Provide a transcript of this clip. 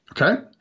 okay